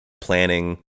planning